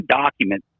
document